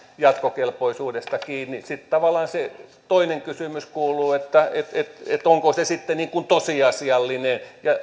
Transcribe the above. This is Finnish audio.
jatkokelpoisuudesta kiinni sitten tavallaan se toinen kysymys kuuluu onko se sitten tosiasiallinen